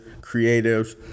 creatives